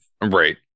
right